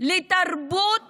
לתרבות